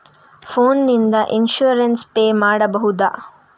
Phone ನಿಂದ insurance pay ಮಾಡಬಹುದ?